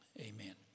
Amen